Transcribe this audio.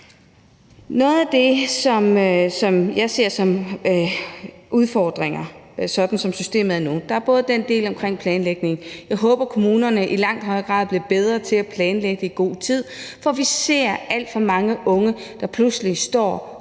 Noget af det, som jeg ser som udfordringer, som systemet er nu, drejer sig både om den del om planlægning, og jeg håber, at kommunerne i langt højere grad bliver bedre til at planlægge i god tid, for vi ser alt for mange unge, der pludselig står